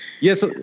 yes